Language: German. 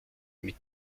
mit